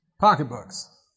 pocketbooks